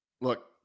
look